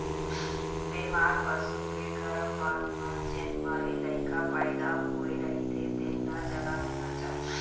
बेमार पसू के गरभपात म जेन मरे लइका पइदा होए रहिथे तेन ल जला देना चाही